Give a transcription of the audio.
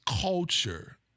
culture